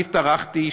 אני טרחתי,